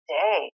day